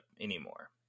anymore